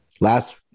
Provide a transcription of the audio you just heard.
Last